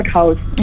house